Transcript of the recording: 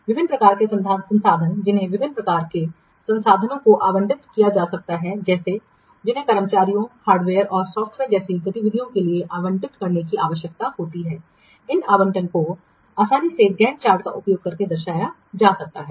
विभिन्न प्रकार के संसाधन जिन्हें विभिन्न प्रकार के संसाधनों को आवंटित किया जा सकता है जिन्हें कर्मचारियों हार्डवेयर और सॉफ़्टवेयर जैसी गतिविधियों के लिए आवंटित करने की आवश्यकता होती है इन आवंटन को आसानी से गैंट चार्ट का उपयोग करके दर्शाया जा सकता है